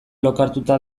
lokartuta